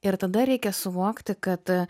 ir tada reikia suvokti kad